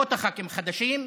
לרבות הח"כים החדשים,